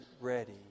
ready